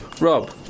Rob